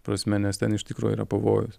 ta prasme nes ten iš tikro yra pavojus